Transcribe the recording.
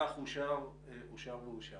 אין הרכב ועדת המשנה לביטחון,